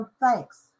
thanks